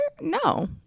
No